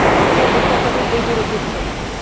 sir book ఒకటి eighty rupees sir